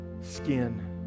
skin